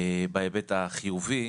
בהיבט החיובי.